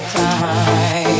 time